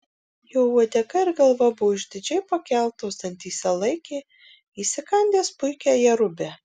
jo uodega ir galva buvo išdidžiai pakeltos dantyse laikė įsikandęs puikią jerubę